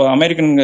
American